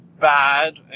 bad